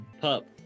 Pup